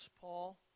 Paul